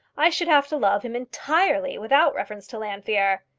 i should have to love him entirely, without reference to llanfeare.